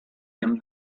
him